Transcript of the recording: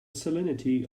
salinity